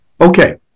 Okay